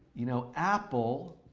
you know, apple